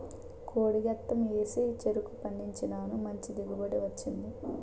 కోడి గెత్తెం ఏసి చెరుకు పండించినాను మంచి దిగుబడి వచ్చింది